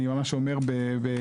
אני ממש אומר בקצרה.